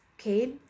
okay